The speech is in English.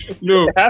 No